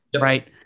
right